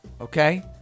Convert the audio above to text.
okay